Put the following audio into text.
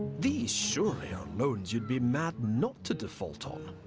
these, surely, are loans you'd be mad not to default on.